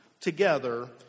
together